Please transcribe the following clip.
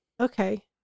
Okay